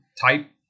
type